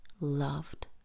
loved